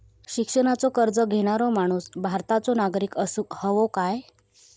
शिक्षणाचो कर्ज घेणारो माणूस भारताचो नागरिक असूक हवो काय?